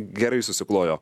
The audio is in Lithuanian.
gerai susiklojo